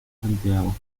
santiago